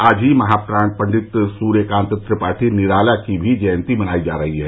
आज ही महाप्राण पण्डित सूर्यकांत त्रिपाठी निराला की जयंती भी मनायी जा रही है